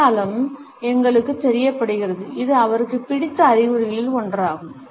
அடையாளம் எங்களுக்குத் தெரியப்படுத்துகிறது இது அவருக்கு பிடித்த அறிகுறிகளில் ஒன்றாகும்